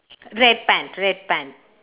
red pant red pant